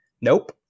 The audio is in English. Nope